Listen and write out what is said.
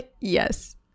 Yes